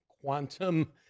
quantum